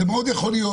זה מאוד יכול להיות.